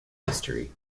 history